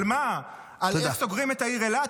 על מה, על איך סוגרים את העיר אילת?